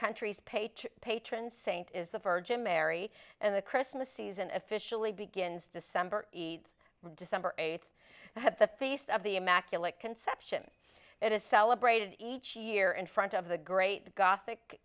country's patron patron saint is the virgin mary and the christmas season officially begins december eades december eighth the feast of the immaculate conception it is celebrated each year in front of the great gothic